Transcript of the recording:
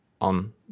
on